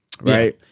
right